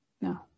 No